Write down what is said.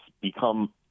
become